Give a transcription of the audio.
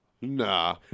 Nah